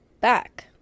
back